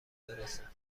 برسه